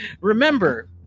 remember